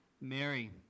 Mary